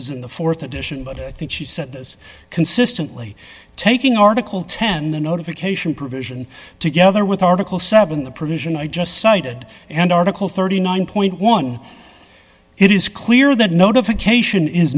is in the th edition but i think she said this consistently taking article ten the notification provision together with article seven the provision i just cited and article thirty nine dollars it is clear that notification is